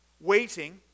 Waiting